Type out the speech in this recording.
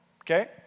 Okay